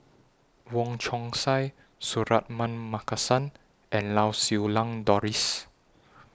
Wong Chong Sai Suratman Markasan and Lau Siew Lang Doris